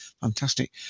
fantastic